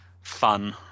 fun